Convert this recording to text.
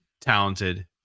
talented